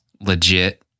legit